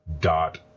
dot